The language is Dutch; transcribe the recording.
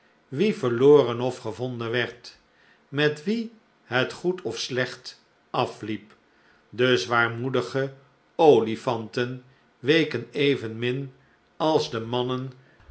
wie verloren of gevonden werd met wien het goed of slecht afliep de zwaarmoedige olifanten weken evenmin als de mannen